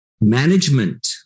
management